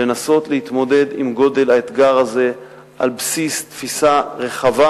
לנסות להתמודד עם גודל האתגר הזה על בסיס תפיסה רחבה.